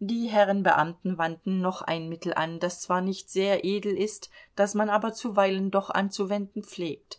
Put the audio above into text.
die herren beamten wandten noch ein mittel an das zwar nicht sehr edel ist das man aber zuweilen doch anzuwenden pflegt